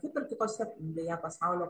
kaip ir kitose beje pasaulio